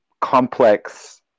complex